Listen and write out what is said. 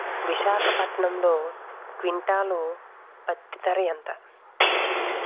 విశాఖపట్నంలో క్వింటాల్ పత్తి ధర ఎంత?